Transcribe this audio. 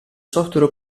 software